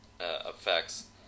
effects